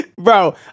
Bro